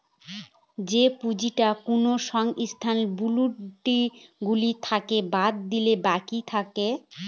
যে পুঁজিটা কোনো সংস্থার লিয়াবিলিটি গুলো থেকে বাদ দিলে বাকি থাকে